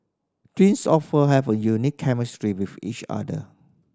twins often have a unique chemistry with each other